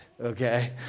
okay